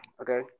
okay